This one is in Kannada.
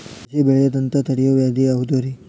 ಸಸಿ ಬೆಳೆಯದಂತ ತಡಿಯೋ ವ್ಯಾಧಿ ಯಾವುದು ರಿ?